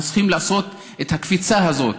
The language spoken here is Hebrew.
אנחנו צריכים לעשות את הקפיצה הזאת,